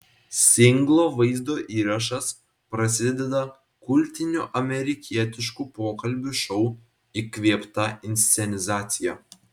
singlo vaizdo įrašas prasideda kultinių amerikietiškų pokalbių šou įkvėpta inscenizacija